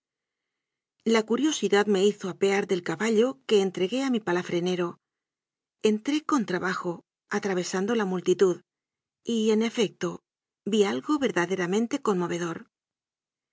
la curiosidad me hizo apear del caballo que en tregué a mi palafrenero entré con trabajo atra vesando la multitud y en efecto vi algo verdade ramente conmovedor